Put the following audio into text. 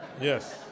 yes